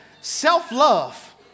Self-love